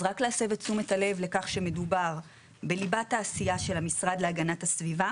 אז רק להסב את תשומת הלב לכך שמדובר בליבת העשייה של המשרד להגנת הסביבה